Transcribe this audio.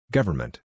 Government